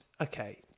okay